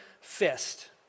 fist